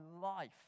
life